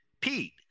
Pete